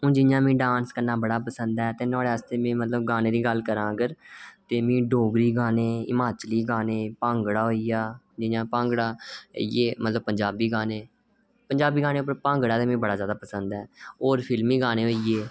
ते जि'यां मिगी डांस करने दा बड़ा शौंक ऐ ते अगर में गाने दी गल्ल करां अगर ते डोगरी गाने हिमाचली गाने भांगड़ा होई गेआ जियां भांगड़ा मतलब पंजाबी गाने पंजाबी गाने पर भांगड़ा ते मिगी बड़ा पसंद ऐ होर फिल्मी गाने होई गे